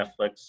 Netflix